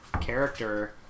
character